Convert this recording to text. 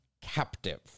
captive